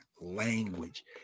Language